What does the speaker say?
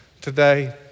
today